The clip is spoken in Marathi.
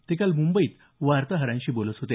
ते काल मुंबईत वार्ताहरांशी बोलत होते